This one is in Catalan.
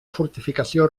fortificació